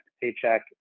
paycheck